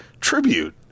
tribute